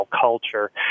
culture